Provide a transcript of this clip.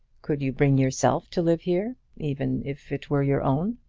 could you bring yourself to live here even if it were your own?